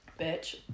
bitch